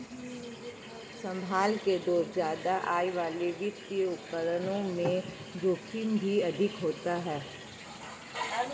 संभल के दोस्त ज्यादा आय वाले वित्तीय उपकरणों में जोखिम भी अधिक होता है